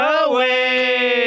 away